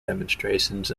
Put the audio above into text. demonstrations